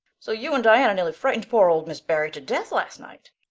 so you and diana nearly frightened poor old miss barry to death last night?